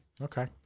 Okay